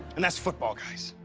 and that's football, guys.